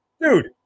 Dude